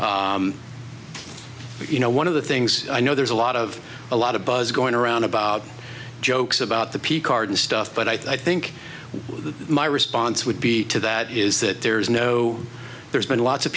you know one of the things i know there's a lot of a lot of buzz going around about jokes about the p card and stuff but i think my response would be to that is that there's no there's been lots of